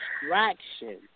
distraction